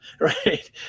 right